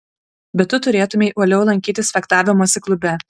bet tu turėtumei uoliau lankytis fechtavimosi klube